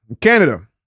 Canada